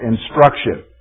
instruction